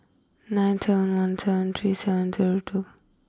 nine ten one ten three seven zero two